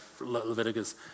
Leviticus